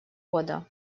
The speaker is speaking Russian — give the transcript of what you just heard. года